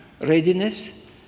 readiness